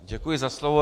Děkuji za slovo.